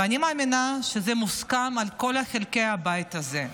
ואני מאמינה שזה מוסכם על כל חלקי הבית הזה,